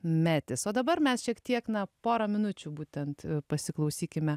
metis o dabar mes šiek tiek na porą minučių būtent pasiklausykime